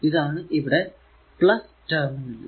ഇതാണ് ഇവിടെ ടെർമിനൽ